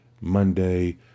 monday